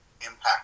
impact